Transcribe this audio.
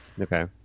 Okay